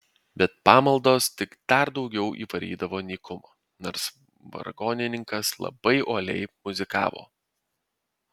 bet pamaldos tik dar daugiau įvarydavo nykumo nors vargonininkas labai uoliai muzikavo